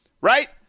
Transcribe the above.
right